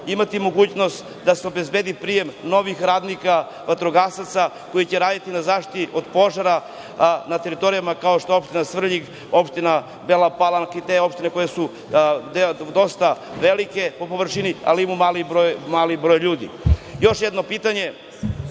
imati mogućnosti da se obezbedi prijem novih radnika vatrogasaca, koji će raditi na zaštiti od požara na teritorijama kao što je opština Svrljig, opština Bela Palanka i te opštine koje su dosta velike po površini, ali imamo mali broj ljudi. **Milija